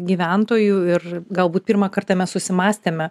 gyventojų ir galbūt pirmą kartą mes susimąstėme